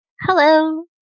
Hello